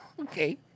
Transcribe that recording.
okay